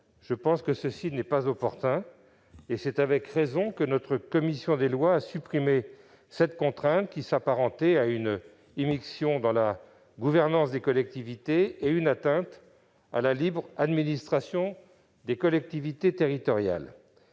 nationale, n'est pas opportune. C'est donc avec raison que notre commission des lois a supprimé cette contrainte, qui s'apparentait à une immixtion dans la gouvernance des collectivités et à une atteinte à la libre administration des collectivités territoriales.